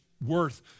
worth